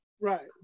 right